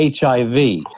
HIV